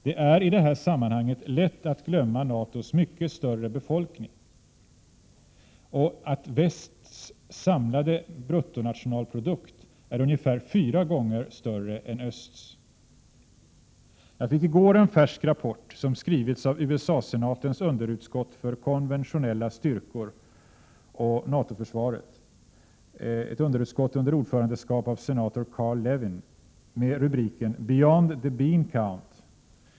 Det är i de här sammanhangen lätt att glömma NATO:s mycket större befolkning och att västs samlade BNP är ungefär fyra gånger större än öÖsts. Jag fick i går en färsk rapport, som skrivits av USA-senatens underutskott för konventionella styrkor och NATO-försvaret under ordförandeskap av senator Carl Levin med rubriken Beyond the Bean Count.